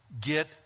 get